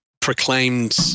proclaimed